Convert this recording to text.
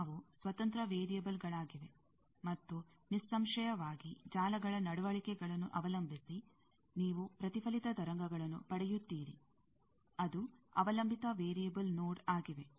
ಅವು ಸ್ವತಂತ್ರ ವೇರಿಯೆಬಲ್ಗಳಾಗಿವೆ ಮತ್ತು ನಿಸ್ಸಂಶಯವಾಗಿ ಜಾಲಗಳ ನಡವಳಿಕೆಗಳನ್ನು ಅವಲಂಬಿಸಿ ನೀವು ಪ್ರತಿಫಲಿತ ತರಂಗಗಳನ್ನು ಪಡೆಯುತ್ತೀರಿ ಅದು ಅವಲಂಬಿತ ವೇರಿಯೆಬಲ್ ನೋಡ್ ಆಗಿವೆ